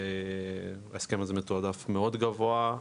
ההסכם הזה מתועדף מאוד גבוה,